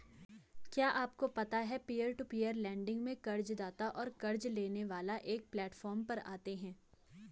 क्या आपको पता है पीयर टू पीयर लेंडिंग में कर्ज़दाता और क़र्ज़ लेने वाला एक प्लैटफॉर्म पर आते है?